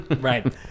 Right